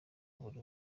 buri